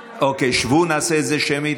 אוקיי, שבו, נעשה את זה שמית,